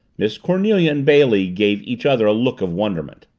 miss cornelia and bailey gave each other a look of wonderment.